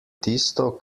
tisto